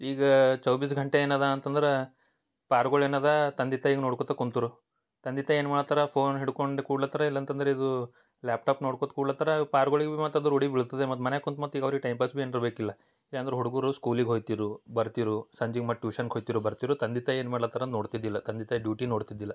ಈಗ ಚೌಬೀಸ್ ಘಂಟೆ ಏನಿದೆ ಅಂತಂದ್ರೆ ಪಾರ್ಗಳು ಏನಿದೆ ತಂದೆ ತಾಯಿಗೆ ನೋಡ್ಕೊಳ್ತ ಕುಂತರು ತಂದೆ ತಾಯಿ ಏನು ಮಾಡ್ತಾರೆ ಫೋನ್ ಹಿಡ್ಕೊಂಡು ಕೂಡ್ಲತ್ತಾರಾ ಇಲ್ಲಂತಂದ್ರೆ ಇದು ಲ್ಯಾಪ್ಟಾಪ್ ನೋಡ್ಕೋತ ಕೂಡ್ಲತ್ತಾರಾ ಪಾರ್ಗಳಿಗೆ ಮತ್ತು ಅದು ರೂಢಿಗೆ ಬೀಳ್ತದೆ ಮತ್ತು ಮನ್ಯಾಗೆ ಕುಂತು ಮತ್ತೆ ಈಗ ಅವ್ರಿಗೆ ಟೈಮ್ ಪಾಸ್ ಬಿ ಏನಾರ ಬೇಕಿಲ್ಲ ಏನು ಅಂದ್ರೆ ಹುಡ್ಗರು ಸ್ಕೂಲಿಗೆ ಹೋಯ್ತಿದ್ರು ಬರ್ತಿದ್ರು ಸಂಜೆಗ್ ಮತ್ತೆ ಟ್ಯೂಷನ್ಗ್ ಹೊಯ್ತಿದ್ರು ಬರ್ತಿದ್ರು ತಂದೆ ತಾಯಿ ಏನು ಮಾಡ್ಲತ್ತಾರೆ ನೋಡ್ತಿದ್ದಿಲ್ಲ ತಂದೆ ತಾಯಿ ಡ್ಯೂಟಿ ನೋಡ್ತಿದ್ದಿಲ್ಲ